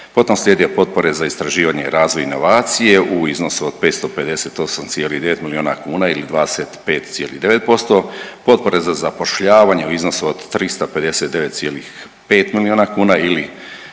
potom slijede potpore za istraživanje, razvoj inovacije u iznosu od 558,9 milijuna kuna ili 25,9%, potpore za zapošljavanje u iznosu od 359,5 milijuna kuna ili